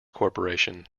corporation